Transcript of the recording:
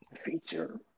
Feature